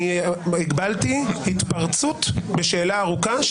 הגבלתי התפרצות בשאלה ארוכה,